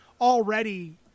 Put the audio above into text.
already